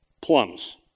plums